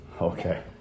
Okay